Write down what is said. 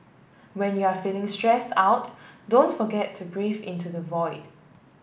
when you are feeling stressed out don't forget to breathe into the void